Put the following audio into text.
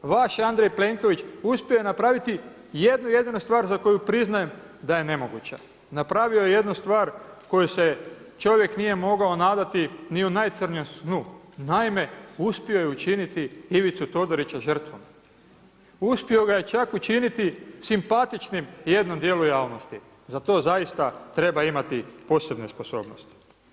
Vaš Andrej Plenković uspio je napraviti jednu jedinu stvar za koju priznajem da je nemoguća, napravio je jednu stvar koju se čovjek nije mogao nadati ni u najcrnjem snu, naime uspio je učiniti Ivicu Todorića žrtvom, uspio ga je čak učiniti simpatičnim jednom djelu javnosti, za to zaista treba imati posebne sposobnosti.